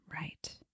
Right